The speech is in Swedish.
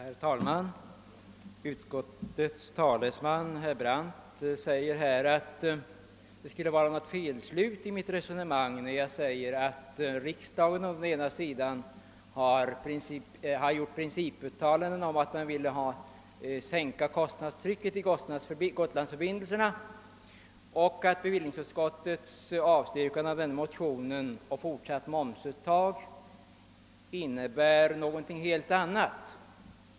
Herr talman! Utskottets talesman herr Brandt säger att det skulle ligga ett felslut i mitt resonemang, när jag säger att riksdagen å ena sidan gjort ett principuttalande, att man ville sänka kostnaderna för gotlandsförbindelserna, och å andra sidan säger att bevillningsutskottets avstyrkande av denna motion innebär någonting helt annat.